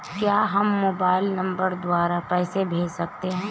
क्या हम mobile number द्वारा पैसे भेज सकते हैं?